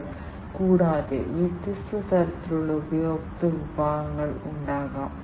അവ താരതമ്യേന വിലകുറഞ്ഞതാണ് പക്ഷേ അവ വിപണിയിൽ ലഭ്യമായ കുറഞ്ഞ വിലയേക്കാൾ വളരെ വിശ്വസനീയമാണ്